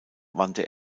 wandte